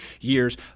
years